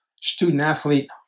student-athlete